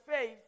faith